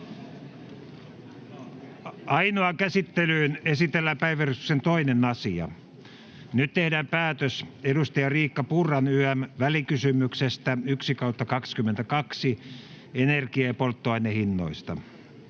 Ainoaan käsittelyyn esitellään päiväjärjestyksen 2. asia. Nyt tehdään päätös edustaja Riikka Purran ym. välikysymyksestä VK 1/2022 vp energia‑ ja polttoainehinnoista.